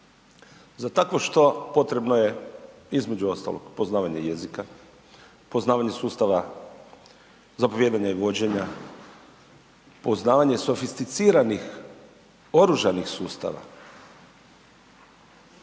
Za takvo što potrebno je između ostalog i poznavanje jezika, poznavanje sustava zapovijedanja i vođenja, poznavanje sofisticiranih oružanih sustava,